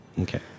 okay